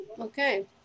okay